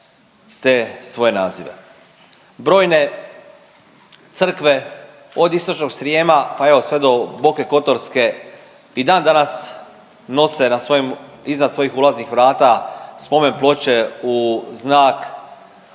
te svoje nazive. Brojne crkve od istočnog Srijema pa evo sve do Boke Kotorske i dan danas nose iznad svojih ulaznih vrata spomen ploče u znak